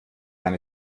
eine